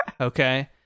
Okay